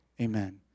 Amen